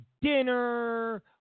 dinner